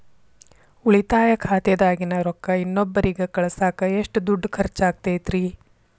ಉಳಿತಾಯ ಖಾತೆದಾಗಿನ ರೊಕ್ಕ ಇನ್ನೊಬ್ಬರಿಗ ಕಳಸಾಕ್ ಎಷ್ಟ ದುಡ್ಡು ಖರ್ಚ ಆಗ್ತೈತ್ರಿ?